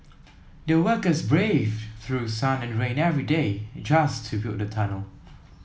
the workers braved through sun and rain every day just to build the tunnel